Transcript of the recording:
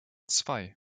zwei